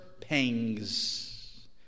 pangs